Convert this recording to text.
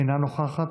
אינה נוכחת,